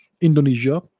Indonesia